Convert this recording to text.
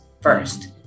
first